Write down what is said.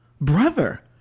brother